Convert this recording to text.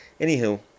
Anywho